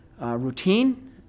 routine